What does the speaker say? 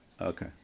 Okay